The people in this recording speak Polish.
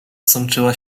sączyła